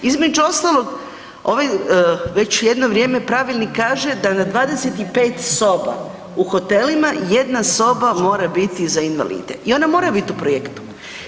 Između ostalog ovaj, već jedno vrijeme pravilnik kaže da na 25 soba u hotelima 1 soba mora biti za invalide i ona mora biti u projektu.